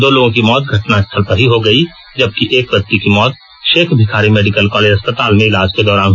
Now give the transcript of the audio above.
दो लोगों की मौत घटनास्थल पर ही हो गई जबकि एक व्यक्ति की मौत शेख भिखारी मेडिकल कॉलेज अस्पताल में इलाज के दौरान हुई